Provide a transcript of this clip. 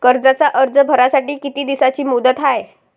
कर्जाचा अर्ज भरासाठी किती दिसाची मुदत हाय?